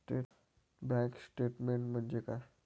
Bank statement म्हणजे काय?